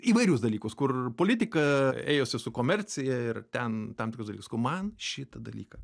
įvairius dalykus kur politika ėjosi su komercija ir ten tam tikrus dalykus sakau man šitą dalyką